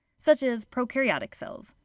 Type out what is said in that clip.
such as prokaryotic cells.